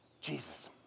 Jesus